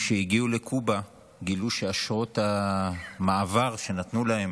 כשהגיעו לקובה גילו שאשרות המעבר שנתנו להם